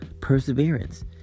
perseverance